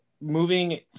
moving